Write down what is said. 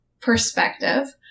perspective